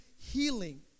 healing